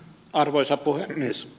arvoisa puhemies